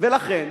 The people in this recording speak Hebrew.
ולכן